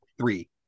three